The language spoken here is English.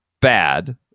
bad